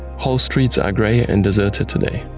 whole streets are grey and deserted today.